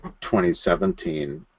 2017